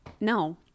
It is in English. No